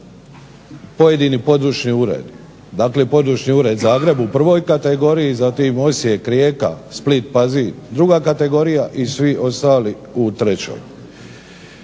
pojedini područni uredi. Dakle Područni ured Zagreb u prvoj kategoriji, zatim Osijek, Rijeka, Split, Pazin druga kategorija i svi ostali u trećoj.